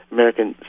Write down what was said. American